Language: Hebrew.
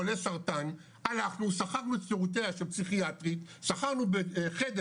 חולי סרטן הלכנו שכרנו את שירותיה של פסיכיאטרית שכרנו חדר